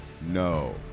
no